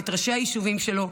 את ראשי היישובים שלו,